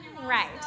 Right